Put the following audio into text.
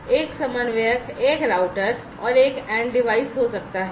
एक समन्वयक एक राउटर और एक एन्ड डिवाइस हो सकता है